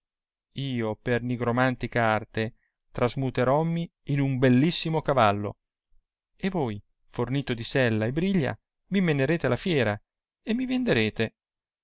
io per nigromantica arte trasmuterommi in un bellissimo cavallo e voi fornito di sella e briglia mi menerete alla fiera e mi venderete